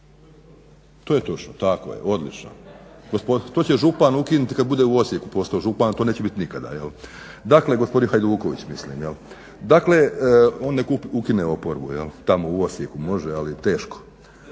To je točno, tako je. Odlično to će župan ukinuti kad bude u Osijeku postao župan a to neće biti nikada. Dakle gospodin Hajduković, mislim, jel on nek ukine oporbu tamo u Osijeku može ali teško.